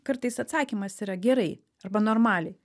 kartais atsakymas yra gerai arba normaliai